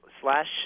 Slash